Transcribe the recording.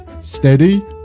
steady